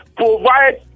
provide